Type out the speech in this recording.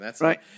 Right